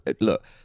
look